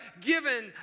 given